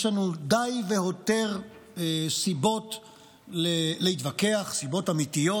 יש לנו די והותר סיבות להתווכח, סיבות אמיתיות.